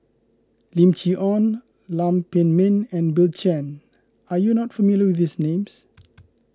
Lim Chee Onn Lam Pin Min and Bill Chen are you not familiar with these names